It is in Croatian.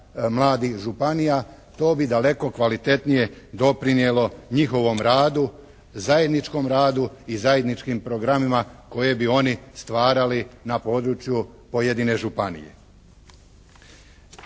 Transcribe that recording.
mladih županija to bi daleko kvalitetnije doprinijelo njihovom radu, zajedničkom radu i zajedničkim programima koje bi oni stvarali na području pojedine županije.